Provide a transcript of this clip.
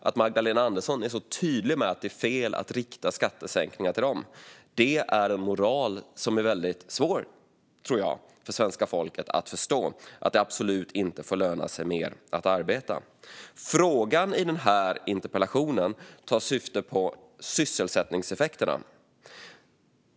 Detta tror jag är en moral som är väldigt svår för svenska folket att förstå - att det absolut inte får löna sig att arbeta. Frågan i interpellationen tar sikte på sysselsättningseffekterna.